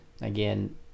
again